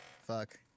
Fuck